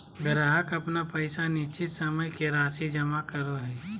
ग्राहक अपन पैसा निश्चित समय के राशि जमा करो हइ